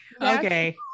okay